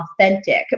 authentic